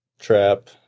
trap